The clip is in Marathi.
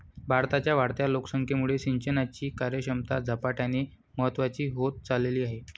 भारताच्या वाढत्या लोकसंख्येमुळे सिंचनाची कार्यक्षमता झपाट्याने महत्वाची होत चालली आहे